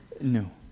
No